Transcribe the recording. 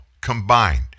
combined